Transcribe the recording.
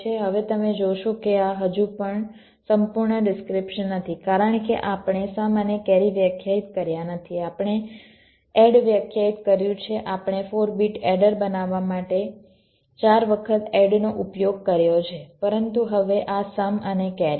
હવે તમે જોશો કે આ હજુ પણ સંપૂર્ણ ડિસ્ક્રીપ્શન નથી કારણ કે આપણે સમ અને કેરી વ્યાખ્યાયિત કર્યા નથી આપણે એડ વ્યાખ્યાયિત કર્યું છે આપણે 4 બીટ એડર બનાવવા માટે 4 વખત એડનો ઉપયોગ કર્યો છે પરંતુ હવે આ સમ અને કેરી છે